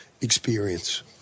experience